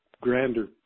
grander